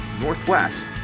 Northwest